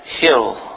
hill